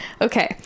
okay